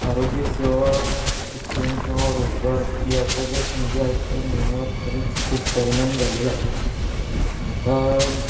आरोग्यसेवा शिक्षण किंवा रोजगार याचा ज्या संधी आहेत ते मिळण्यावर खरेच खूप परिणाम झालेला आहे आता